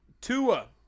Tua